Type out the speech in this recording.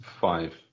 five